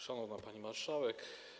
Szanowna Pani Marszałek!